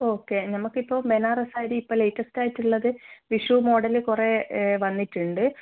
okay നമുക്കിപ്പോൾ ബനാറസ് സാരി ഇപ്പം latest ആയിട്ടുള്ളത് വിഷു മോഡൽ കുറേ വന്നിട്ടുണ്ട്